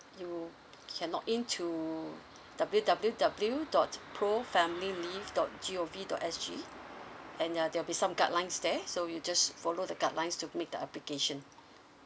you can login to W W W dot pro family leave dot G O V dot S G and ya there'll be some guidelines there so you just follow the guidelines to make the application